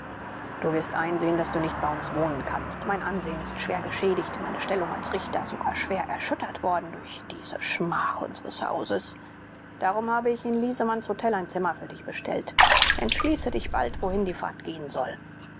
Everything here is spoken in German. du wirst einsehen daß du nicht bei uns wohnen kannst mein ansehen ist schwer geschädigt meine stellung als richter sogar schwer erschüttert worden durch diese schmach unsres hauses darum habe ich in liesemanns hotel ein zimmer für dich bestellt entschließe dich bald wohin die fahrt gehen soll